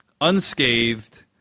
unscathed